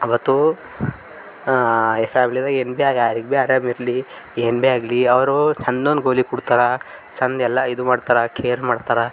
ಅವತ್ತು ಫ್ಯಾಮಿಲಿದಾಗ ಏನು ಭೀ ಯಾರಿಗೆ ಭೀ ಆರಾಮ ಇರಲಿ ಏನು ಭೀ ಆಗಲಿ ಅವರು ಚೆಂದನೆ ಗೋಲಿ ಕೊಡ್ತಾರ ಚೆಂದ ಎಲ್ಲ ಇದು ಮಾಡ್ತಾರೆ ಕೇರ್ ಮಾಡ್ತಾರೆ